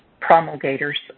Promulgators